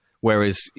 Whereas